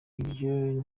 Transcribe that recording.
ibyo